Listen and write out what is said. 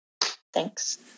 Thanks